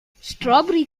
strawberry